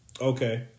Okay